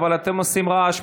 אבל אתם עושים רעש,